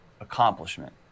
accomplishment